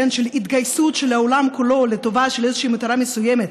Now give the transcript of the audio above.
של התגייסות של העולם כולו לטובת איזושהי מטרה מסוימת,